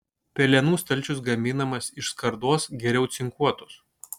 pelenų stalčius gaminamas iš skardos geriau cinkuotos